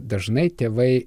dažnai tėvai